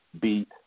beat